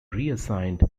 reassigned